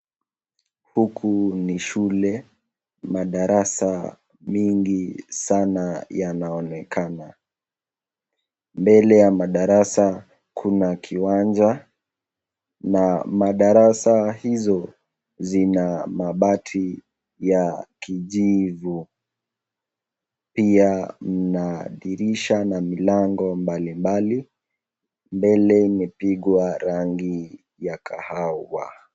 Huku ni shule madarasa mengi sana yanaonekana mbele ya madarasa kuna kiwanja na madarasa hizo zina mabati ya kijivu na dirisha na milango mbalimbali mbele imepigwa rangi ya kahawa.